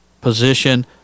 position